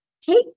take